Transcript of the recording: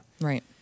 Right